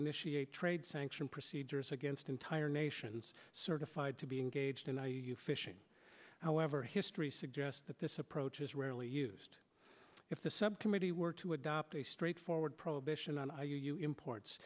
initiate trade sanction procedures against entire nations certified to be engaged in the u fishing however history suggests that this approach is rarely used if the subcommittee were to adopt a straightforward prohibition on